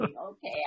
okay